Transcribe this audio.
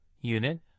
unit